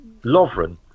Lovren